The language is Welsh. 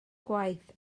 gwaith